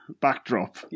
backdrop